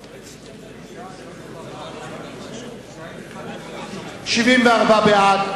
התש"ע 2009. מי בעד?